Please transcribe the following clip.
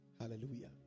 hallelujah